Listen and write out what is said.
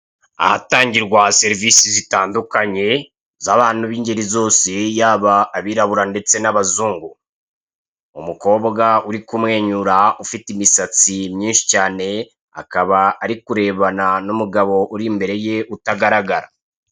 Ahatangirwa serivise zitandukanye zabantu bingeri zose yaba abirabura ndetse nabazungu, umukobwa uri kumwenyura ufite imisatsi myinshi cyane akaba ari kurebana numugabo uri imbere ye utagararagara.